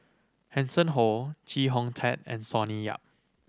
Hanson Ho Chee Hong Tat and Sonny Yap